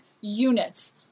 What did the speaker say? units